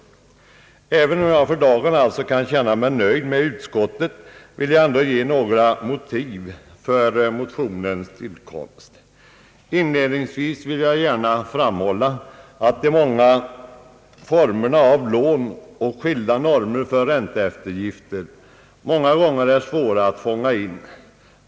Även om jag för dagen kan känna mig nöjd med utskottets skrivning vill jag ändå ge några motiv för motionens tillkomst. Inledningsvis kan jag framhålla att de många formerna för lån och skilda normer för ränteeftergifter ofta är svåra att fånga in.